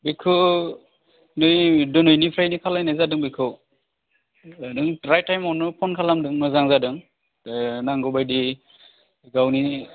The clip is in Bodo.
बेखौ नै दिनैनिफ्रायनो खालामनाय जादों बेखौ नों राइट टाइमावनो फन खालामदों मोजां जादों नांगौ बायदि गावनि